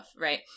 right